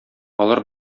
алар